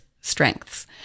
strengths